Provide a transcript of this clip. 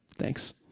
thanks